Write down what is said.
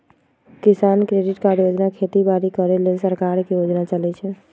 किसान credit card योजना खेती बाड़ी करे लेल सरकार के योजना चलै छै